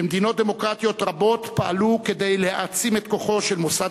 במדינות דמוקרטיות רבות פעלו כדי להעצים את כוחו של מוסד